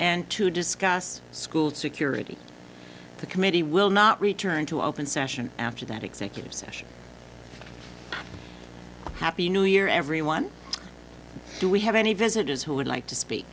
and to discuss school security the committee will not return to open session after that executive session happy new year everyone do we have any visitors who would like to speak